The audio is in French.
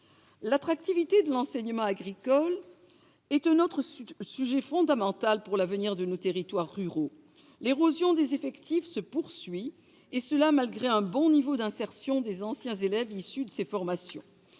L'attractivité de l'enseignement agricole est un autre sujet fondamental pour l'avenir de nos territoires ruraux. L'érosion des effectifs se poursuit, et cela malgré un bon niveau d'insertion des anciens élèves issus de ces formations.